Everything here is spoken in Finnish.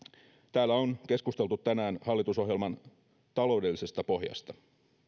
täällä on keskusteltu tänään hallitusohjelman taloudellisesta pohjasta